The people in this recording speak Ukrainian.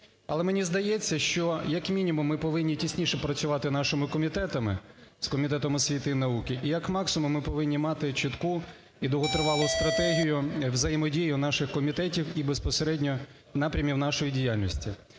Але мені здається, що як мінімум ми повинні тісніше працювати з нашими комітетами, з Комітетом освіти і науки, і як максимум ми повинні мати чітку і довготривалу стратегію, взаємодію наших комітетів і безпосередньо напрямів нашої діяльності.